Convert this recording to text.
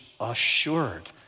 assured